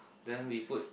then we put